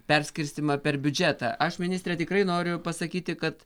perskirstymą per biudžetą aš ministre tikrai noriu pasakyti kad